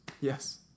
Yes